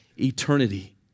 eternity